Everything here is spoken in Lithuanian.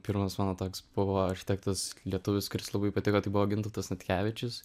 pirmas mano toks buvo architektas lietuvis kuris labai patiko tai buvo gintautas natkevičius